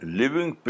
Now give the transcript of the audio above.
living